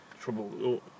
trouble